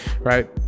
Right